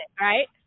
right